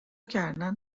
کردن